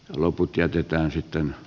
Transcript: loput jätetään sitten